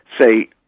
say